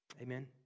Amen